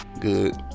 good